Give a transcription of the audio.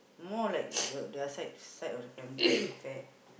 more like the their side side of their family fa~